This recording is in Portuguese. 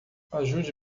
ajude